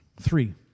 Three